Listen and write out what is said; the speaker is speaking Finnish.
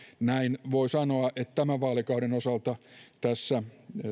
näin voi sanoa että tämän vaalikauden osalta tässä